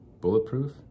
bulletproof